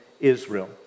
Israel